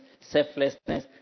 selflessness